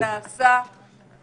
שאני לא יכול להשתתף בדברים האלה,